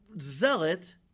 zealot